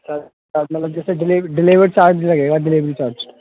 sir अच्छा तो मतलब डिलेवरी चार्ज लगेगा डिलेवरी चार्ज